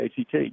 ACT